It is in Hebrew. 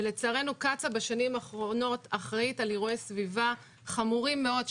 ולצערנו קצא"א בשנים האחרונות אחראית על אירועי סביבה חמורים מאוד,